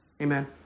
Amen